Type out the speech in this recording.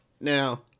now